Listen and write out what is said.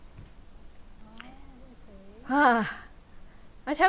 !huh! I tell